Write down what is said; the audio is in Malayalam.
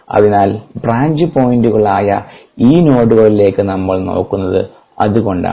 അതിനാൽ ബ്രാഞ്ച് പോയിന്റുകളായ ഈ നോഡുകളിലേക്ക് നമ്മൾ നോക്കുന്നത് അതുകൊണ്ടാണ്